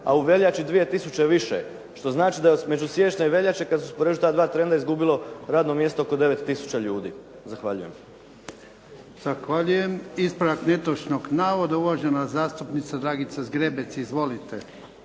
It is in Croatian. a u veljači 2 tisuće više. Što znači da između siječnja i veljače kada su prošla … izgubilo radno mjesto oko 9 tisuća ljudi. Zahvaljujem. **Jarnjak, Ivan (HDZ)** Zahvaljujem. Ispravak netočnog navoda, uvažena zastupnica Dragica Zgrebec. Izvolite.